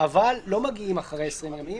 אבל לא מגיעים אחרי 20 ימים,